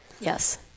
yes